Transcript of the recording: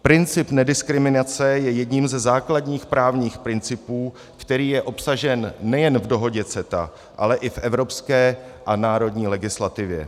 Princip nediskriminace je jedním ze základních právních principů, který je obsažen nejen v dohodě CETA, ale i v evropské a národní legislativě.